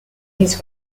his